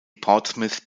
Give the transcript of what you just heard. portsmouth